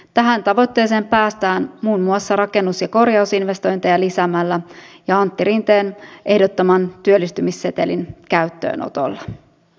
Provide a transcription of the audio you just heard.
tähän tavoitteeseen päästään muun muassa rakennus ja korjausinvestointeja lisäämällä ja antti rinteen ehdottaman työllistymissetelin käyttöönotolla